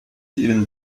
ihren